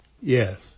Yes